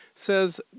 says